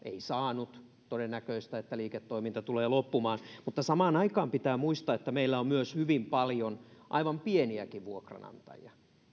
saanut ja on todennäköistä että liiketoiminta tulee loppumaan mutta samaan aikaan pitää muistaa että meillä on myös hyvin paljon aivan pieniäkin vuokranantajia